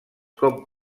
com